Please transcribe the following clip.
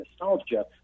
nostalgia